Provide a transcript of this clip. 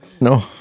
No